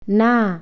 না